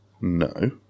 no